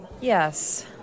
Yes